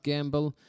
Gamble